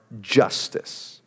justice